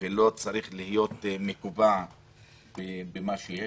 ולא צריך להיות מקובע במה שיש.